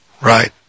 Right